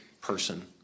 person